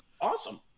awesome